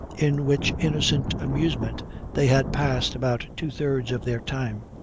in which innocent amusement they had passed about two-thirds of their time.